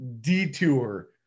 detour